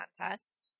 Contest